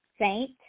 Saint